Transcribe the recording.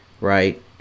right